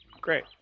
Great